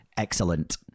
Excellent